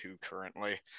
currently